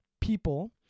people